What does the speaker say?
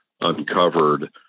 uncovered